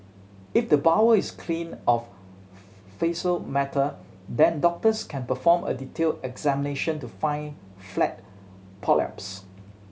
if the bowel is clean of faecal matter then doctors can perform a detailed examination to find flat polyps